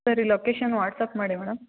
ಸರಿ location WhatsApp ಮಾಡಿ madam